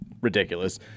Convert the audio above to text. ridiculous